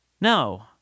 No